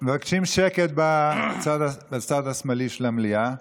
מבקשים שקט בצד השמאלי של המליאה.